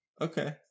Okay